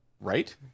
Right